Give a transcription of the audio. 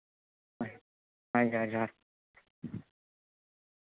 ᱦᱳᱭ ᱡᱚᱦᱟᱨ ᱡᱚᱦᱟᱨ